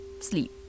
Sleep